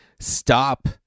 stop